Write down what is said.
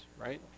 right